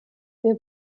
wir